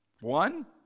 One